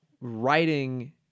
writing